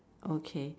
okay